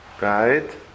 right